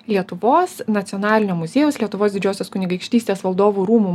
lietuvos nacionalinio muziejaus lietuvos didžiosios kunigaikštystės valdovų rūmų